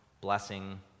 blessing